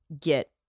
get